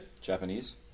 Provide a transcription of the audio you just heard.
Japanese